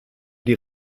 die